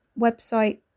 website